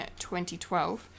2012